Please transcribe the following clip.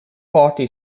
party